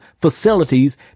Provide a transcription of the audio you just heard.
facilities